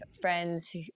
friends